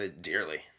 Dearly